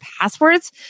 passwords